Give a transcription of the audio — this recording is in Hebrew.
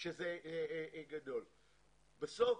בסוף,